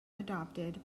adopted